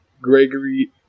Gregory